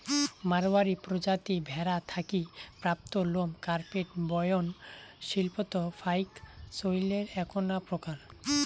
মাড়ওয়ারী প্রজাতি ভ্যাড়া থাকি প্রাপ্ত লোম কার্পেট বয়ন শিল্পত ফাইক চইলের এ্যাকনা প্রকার